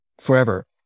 forever